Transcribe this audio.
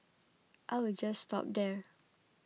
I will just stop there